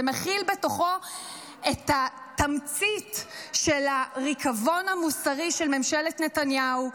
זה מכיל בתוכו את התמצית של הריקבון המוסרי של ממשלת נתניהו,